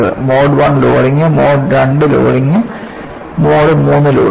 mode I loading mode II loading mode III loading